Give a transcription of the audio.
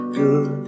good